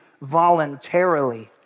voluntarily